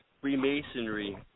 Freemasonry